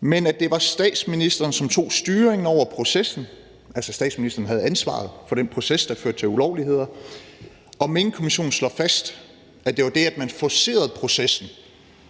men at det var statsministeren, som tog styringen over processen, altså at statsministeren havde ansvaret for den proces, der førte til ulovligheder. Minkkommissionen slog fast, at det var det, at man forcerede processen,